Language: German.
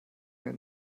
mir